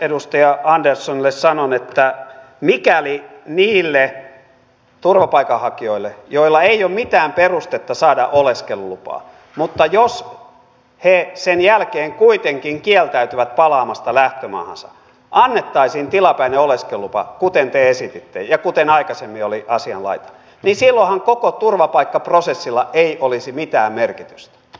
edustaja anderssonille sanon että mikäli niille turvapaikanhakijoille joilla ei ole mitään perustetta saada oleskelulupaa mutta jotka sen jälkeen kuitenkin kieltäytyvät palaamasta lähtömaahansa annettaisiin tilapäinen oleskelulupa kuten te esititte ja kuten aikaisemmin oli asianlaita niin silloinhan koko turvapaikkaprosessilla ei olisi mitään merkitystä